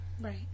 Right